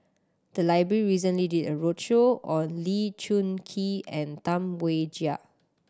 the library recently did a roadshow on Lee Choon Kee and Tam Wai Jia